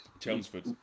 Chelmsford